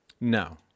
No